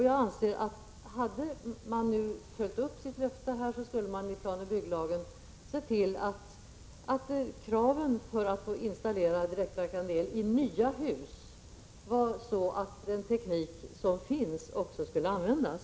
Jag anser att om man hade följt upp sitt löfte, skulle man i planoch bygglagen ha sett till att kravet, för att få installera direktverkande eli nya hus, var att den teknik som finns också skulle användas.